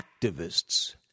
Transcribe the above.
activists